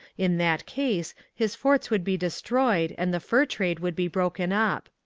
in that case his forts would be destroyed and the fur trade would be broken up.